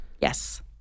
Yes